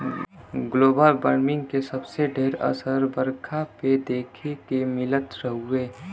global warming के सबसे ढेर असर बरखा पे देखे के मिलत हउवे